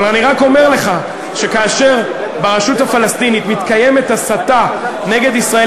אבל אני רק אומר לך שכאשר ברשות הפלסטינית מתקיימת הסתה נגד ישראל,